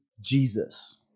Jesus